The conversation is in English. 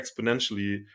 exponentially